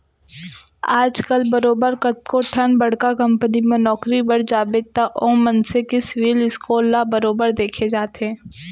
आजकल बरोबर कतको ठन बड़का कंपनी म नौकरी बर जाबे त ओ मनसे के सिविल स्कोर ल बरोबर देखे जाथे